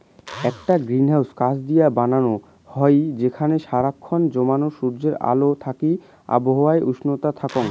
আকটা গ্রিনহাউস কাচ দিয়া বানানো হই যেখানে সারা খন জমানো সূর্যের আলো থাকি আবহাওয়া উষ্ণ থাকঙ